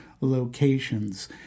locations